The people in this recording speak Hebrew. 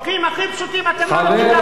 חוקים הכי פשוטים אתם הפלתם.